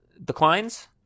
Declines